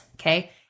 okay